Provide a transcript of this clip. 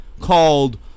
called